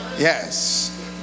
Yes